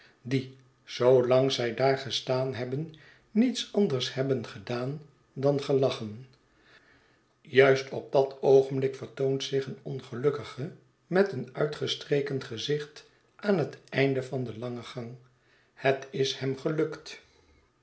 die zoolang zij daar gestaan hebben nietsanders hebben gedaan dan gelachen juist op dat oogjenblik vertoont zich een ongelukkige met een uitgestreken gezicht aan het einde van den langen gang het is hem gelukt